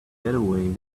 getaway